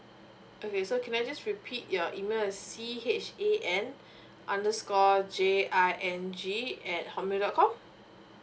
okay so can I just repeat your email is C H A N underscore J I N G at hotmail dot com